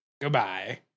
Goodbye